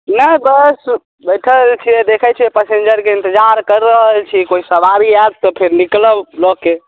नहि बस बैठल छियै देखै छियै पसिंजरके इन्तजार कऽ रहल छी कोइ सवारी आयत तऽ फेर निकलब लऽ के